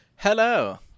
Hello